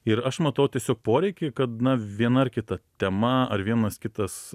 ir aš matau tiesiog poreikį kad na viena ar kita tema ar vienas kitas